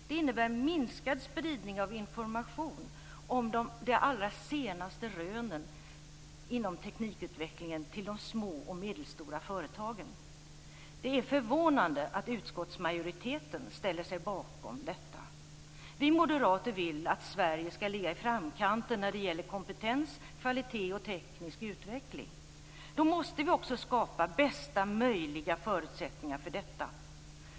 Det innebär en minskad spridning av information om de allra senaste rönen inom teknikutvecklingen till de små och medelstora företagen. Det är förvånande att utskottsmajoriteten ställer sig bakom detta. Vi moderater vill att Sverige skall ligga i framkanten när det gäller kompetens, kvalitet och teknisk utveckling. Då måste vi också skapa bästa möjliga förutsättningar för detta.